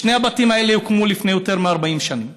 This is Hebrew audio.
שני הבתים האלה הוקמו לפני יותר מ-40 שנים,